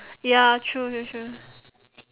ya true true true